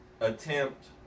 attempt